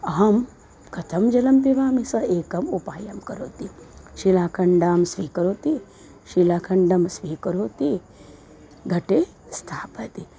अहं कथं जलं पिबामि सः एकम् उपायं करोति शीलाखण्डं स्वीकरोति शीलाखण्डं स्वीकरोति घटे स्थापयति